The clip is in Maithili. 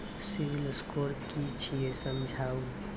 सिविल स्कोर कि छियै समझाऊ?